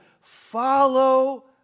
follow